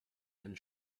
and